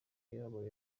yaba